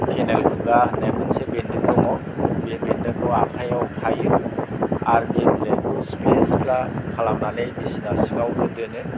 खानाय खुगा होननाय मोनसे बेन्दों दङ बे बेन्दोंखौ आखाइआव खायो आरो बेन्दोंखौ सिफ्ले सिफ्ला खालामनानै बिसना सिङावबो दोनो